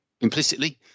implicitly